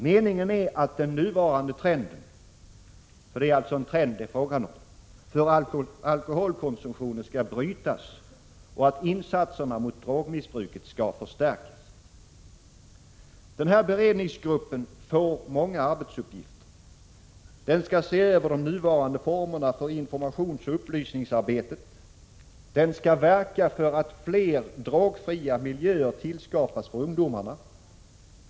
Meningen är att den nuvarande trenden — det är alltså fråga om en trend — för alkoholkonsumtionen skall brytas och att insatserna mot drogmissbruket skall förstärkas. Beredningsgruppen får många arbetsuppgifter. Den skall se över de nuvarande formerna för informationsoch upplysningsarbetet. Den skall verka för att det tillskapas fler drogfria miljöer för ungdomar.